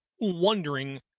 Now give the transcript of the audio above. wondering